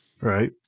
Right